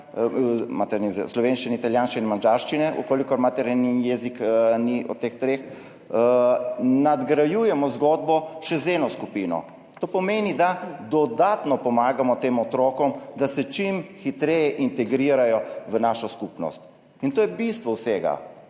slovenščine, italijanščine, madžarščine, če je materni jezik eden od teh treh, nadgrajujemo zgodbo še z eno skupino. To pomeni, da dodatno pomagamo tem otrokom, da se čim hitreje integrirajo v našo skupnost. In to je bistvo vsega.